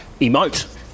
emote